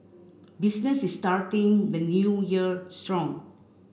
business is starting the New Year strong